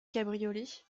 cabriolet